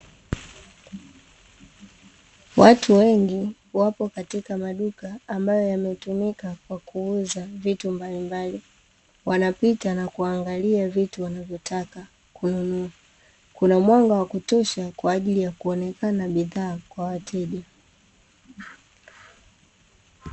Watu wengi wapo katika maduka ambayo yametumika kwa kuuza vitu mbalimbali, wanapita na kuangalia vitu wanavyotaka kununua. Kuna mwanga wa kutosha kwa ajili ya kuonekana bidhaa kwa wateja.